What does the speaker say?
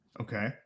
Okay